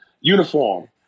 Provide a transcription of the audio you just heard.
uniform